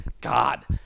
God